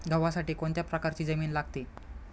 गव्हासाठी कोणत्या प्रकारची जमीन लागते?